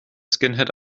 skinhead